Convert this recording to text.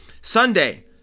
Sunday